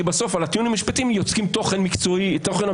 כי בסוף על הטיעונים המשפטיים יוצרים תוכן אמיתי.